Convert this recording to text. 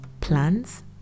plans